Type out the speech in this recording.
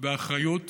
ואחריות